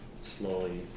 slowly